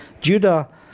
Judah